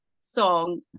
song